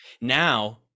now